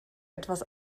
etwas